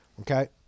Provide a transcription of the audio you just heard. Okay